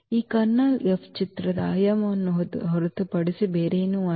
ಈ kernel F ಚಿತ್ರದ ಆಯಾಮವನ್ನು ಹೊರತುಪಡಿಸಿ ಬೇರೇನೂ ಅಲ್ಲ